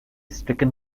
stricken